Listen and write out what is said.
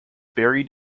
buried